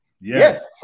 Yes